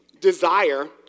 desire